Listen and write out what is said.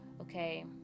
okay